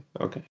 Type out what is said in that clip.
okay